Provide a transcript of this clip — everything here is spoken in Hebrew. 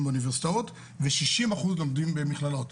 באוניברסיטאות ו-60% לומדים במכללות.